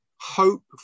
hope